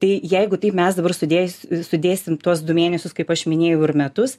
tai jeigu taip mes dabar sudėjęs sudėsim tuos du mėnesius kaip aš minėjau ir metus